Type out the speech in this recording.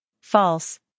False